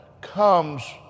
comes